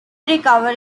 recovered